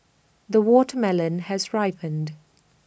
the watermelon has ripened